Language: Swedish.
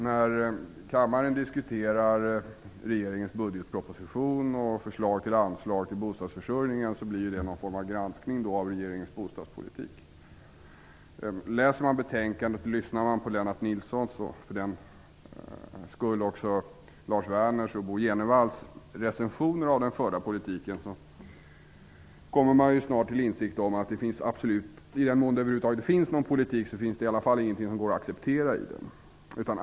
När kammaren diskuterar regeringens budgetproposition och förslag till anslag till bostadsförsörjningen blir det någon form av granskning av regeringens bostadspolitik. Om man läser betänkandet och lyssnar på Lennart Nilssons och för den skull också Lars Werners och Bo Jenevalls recensioner av den förda politiken kommer man snart till insikt om att det i den mån det över huvud taget finns någon politik i alla fall inte finns någonting som går att acceptera i den.